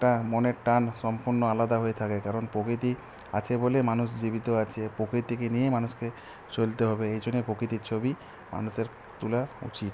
একটা মনের টান সম্পূর্ণ আলাদা হয়ে থাকে কারণ প্রকৃতি আছে বলেই মানুষ জীবিত আছে প্রকৃতিকে নিয়েই মানুষকে চলতে হবে এই জন্যে প্রকৃতির ছবি মানুষের তোলা উচিত